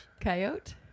Coyote